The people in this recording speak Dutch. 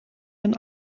een